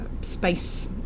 space